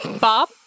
Bob